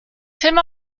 tim